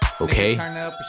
okay